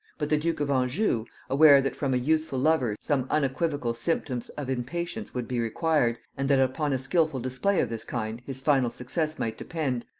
but the duke of anjou, aware that from a youthful lover some unequivocal symptoms of impatience would be required, and that upon a skilful display of this kind his final success might depend,